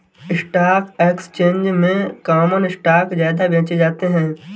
stock exchange में common stock ज्यादा बेचे जाते है